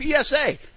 PSA